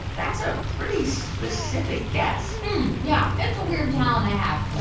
that's a pretty specific guess yeah, it's a weird talent i have.